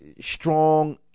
strong